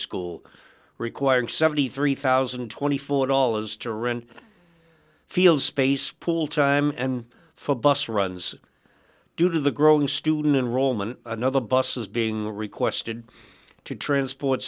school requiring seventy three thousand and twenty four dollars to rent field space pool time and for bus runs due to the growing student enrollment another bus is being requested to transport